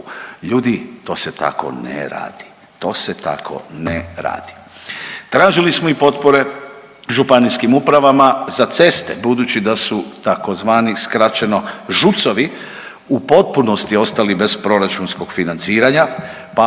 Ljudi to se tako ne radi, to se tako ne radi. Tražili smo i potpore županijskim upravama za ceste budući da su tzv. ŽUC-ovi u potpunosti ostali bez proračunskog financiranja, pa